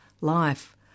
life